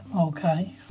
okay